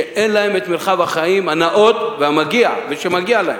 שאין להם מרחב החיים הנאות והמגיע להם.